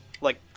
Like-